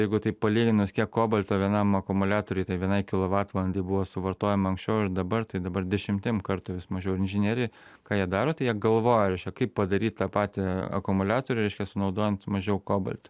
jeigu taip palyginus kiek kobalto vienam akumuliatoriui tai vienai kilovatvalandei buvo suvartojama anksčiau ir dabar tai dabar dešimtim kartų vis mažiau ir inžineriai ką jie daro tai jie galvoja reiškia kaip padaryt tą patį akumuliatorių reiškia sunaudojant mažiau kobalto